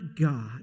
God